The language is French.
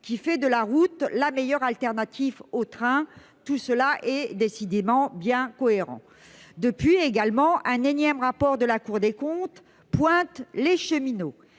qui fait de la route, la meilleure alternative au train, tout cela est décidément bien cohérent depuis également un énième rapport de la Cour des comptes pointe les cheminots,